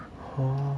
oh